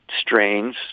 strains